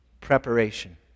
Preparation